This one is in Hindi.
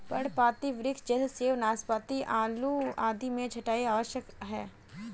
पर्णपाती वृक्ष जैसे सेब, नाशपाती, आड़ू आदि में छंटाई आवश्यक है